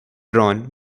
drawn